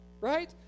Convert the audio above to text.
right